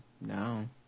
No